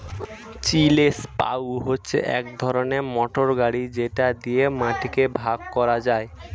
chisel plough হল এক ধরনের মোটর গাড়ি যেটা দিয়ে মাটিকে ভাগ করা যায়